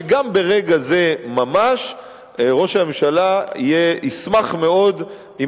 שגם ברגע זה ממש ראש הממשלה ישמח מאוד אם